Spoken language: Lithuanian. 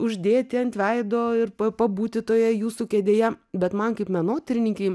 uždėti ant veido ir pabūti toje jūsų kėdėje bet man kaip menotyrininkei